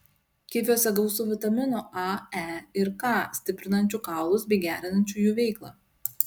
kiviuose gausu vitaminų a e ir k stiprinančių kaulus bei gerinančių jų veiklą